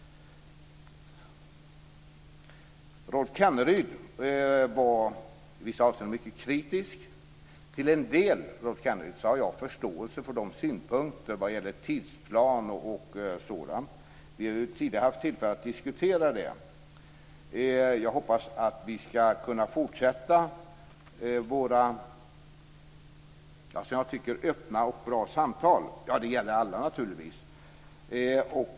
Rolf Kenneryd var i vissa avseenden mycket kritisk. Jag har till en del förståelse för synpunkterna vad gäller tidsplanen osv. Vi har tidigare haft tillfälle att diskutera den. Jag hoppas att vi skall kunna fortsätta våra öppna och bra samtal. Det gäller naturligtvis alla!